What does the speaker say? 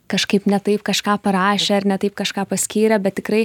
kažkaip ne taip kažką parašė ar ne taip kažką paskyrė bet tikrai